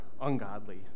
ungodly